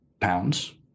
pounds